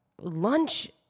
Lunch